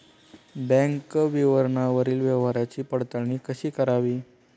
Bank विवरणावरील व्यवहाराची पडताळणी कशी करावी?